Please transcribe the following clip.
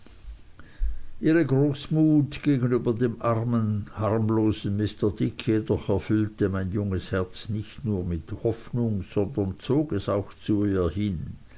ihre großmut gegenüber dem armen harmlosen mr dick jedoch erfüllte mein junges herz nicht nur mit hoffnung sondern zog es auch zu ihr hin